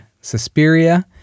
Suspiria